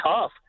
tough